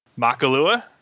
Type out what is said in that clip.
Makalua